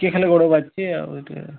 ଟିକେ ଖାଲି ଗୋଡ଼ ବାଜିଛି ଆଉ ଟିକେ